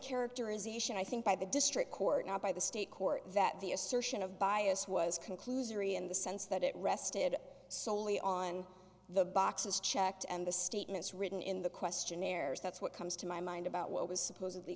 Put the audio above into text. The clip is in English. characterization i think by the district court not by the state court that the assertion of bias was conclusory in the sense that it rested solely on the boxes checked and the statements written in the questionnaires that's what comes to my mind about what was supposedly